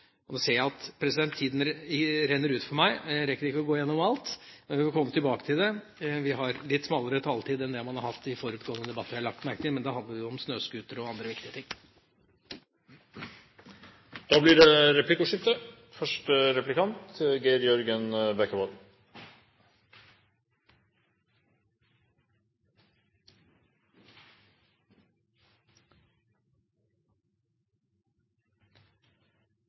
grad. Nå ser jeg at tida renner ut for meg. Jeg rekker ikke å gå gjennom alt, men vi får komme tilbake til det. Vi har litt smalere taletid enn det man har hatt i forutgående debatter, har jeg lagt merke til, men da handlet det jo om snøscootere og andre viktige ting. Det blir replikkordskifte.